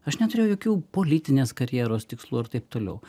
aš neturėjau jokių politinės karjeros tikslų ir taip toliau